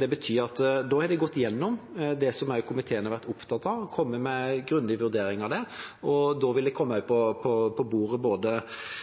Det betyr at da har de gått igjennom det komiteen har vært opptatt av, og kommet med en grundig vurdering av det. Da vil de ulike anbefalingene og vurderingene komme